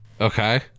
Okay